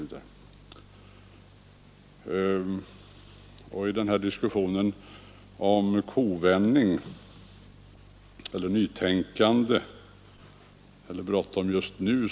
I diskussionen i dag har förekommit uttryck som ”kovändning”, ”nytänkande”, ”bråttom just nu”.